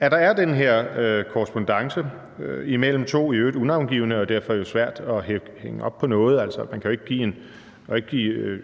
der er den her korrespondance imellem to i øvrigt unavngivne medarbejdere, som det jo derfor er svært at hænge op på noget. Man kan jo ikke give